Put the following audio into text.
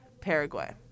Paraguay